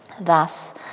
Thus